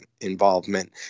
involvement